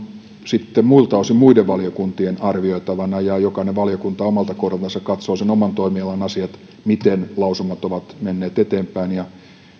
sitten muilta osin muiden valiokuntien arvioitavana ja jokainen valiokunta omalta kohdaltansa katsoo sen oman toimialan asiat miten lausumat ovat menneet eteenpäin